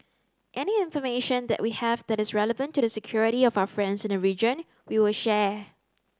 any information that we have that is relevant to the security of our friends in the region we will share